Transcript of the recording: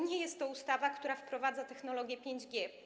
Nie jest to ustawa, która wprowadza technologię 5G.